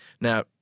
Now